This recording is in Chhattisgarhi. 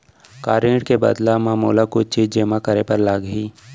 का ऋण के बदला म मोला कुछ चीज जेमा करे बर लागही?